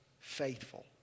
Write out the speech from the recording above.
faithful